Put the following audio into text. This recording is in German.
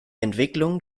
entwicklung